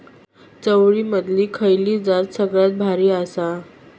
चवळीमधली खयली जात सगळ्यात बरी आसा?